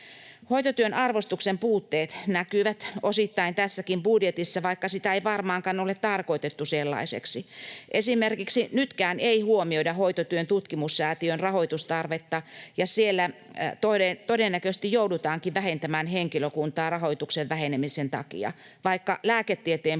Hoitotyön arvostuksen puutteet näkyvät osittain tässäkin budjetissa, vaikka sitä ei varmaankaan ole tarkoitettu sellaiseksi. Esimerkiksi nytkään ei huomioida Hoitotyön tutkimussäätiön rahoitustarvetta, ja siellä todennäköisesti joudutaankin vähentämään henkilökuntaa rahoituksen vähenemisen takia, vaikka lääketieteen puolella